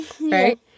right